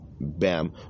Bam